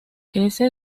crece